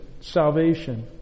salvation